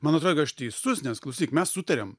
man atrodė aš teisus nes klausyk mes sutarėm